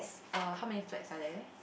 uh how many flags are there